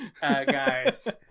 guys